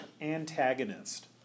antagonist